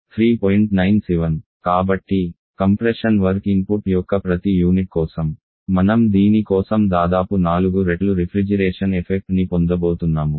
97 కాబట్టి compression work input యొక్క ప్రతి యూనిట్ కోసం మనం దీని కోసం దాదాపు 4 రెట్లు రిఫ్రిజిరేషన్ ఎఫెక్ట్ ని పొందబోతున్నాము